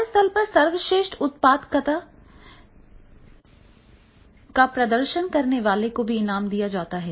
कार्यस्थल पर सर्वश्रेष्ठ उत्पादकता का प्रदर्शन करने वाले को इनाम दिया जाएगा